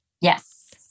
Yes